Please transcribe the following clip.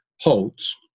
holds